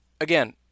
again